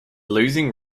losing